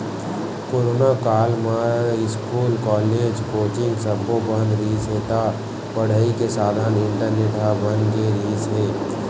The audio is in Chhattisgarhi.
कोरोना काल म इस्कूल, कॉलेज, कोचिंग सब्बो बंद रिहिस हे त पड़ई के साधन इंटरनेट ह बन गे रिहिस हे